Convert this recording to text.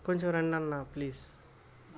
కొంచెం రండన్నా ప్లీజ్